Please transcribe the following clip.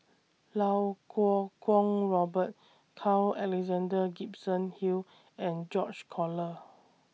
Lau Kuo Kwong Robert Carl Alexander Gibson Hill and George Collyer